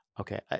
Okay